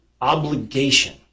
obligation